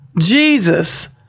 Jesus